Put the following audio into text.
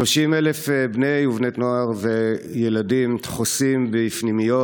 30,000 בני ובנות נוער וילדים דחוסים בפנימיות,